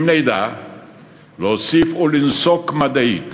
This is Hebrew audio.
אם נדע להוסיף ולנסוק מדעית